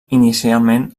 inicialment